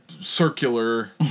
circular